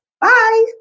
Bye